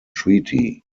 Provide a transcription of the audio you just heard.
treaty